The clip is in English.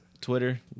Twitter